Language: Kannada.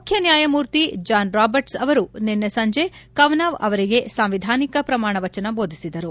ಮುಖ್ಯನ್ಯಾಯಮೂರ್ತಿ ಜಾನ್ ರಾಬರ್ಟ್ಸ್ ಅವರು ನಿನ್ನೆ ಸಂಜೆ ಕವನಾವ್ ಅವರಿಗೆ ಸಾಂವಿಧಾನಿಕ ಪ್ರಮಾಣ ವಚನ ದೋಧಿಸಿದರು